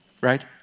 right